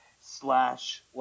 Slash